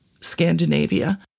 Scandinavia